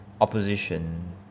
opposition